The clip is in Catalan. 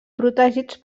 protegits